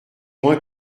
moins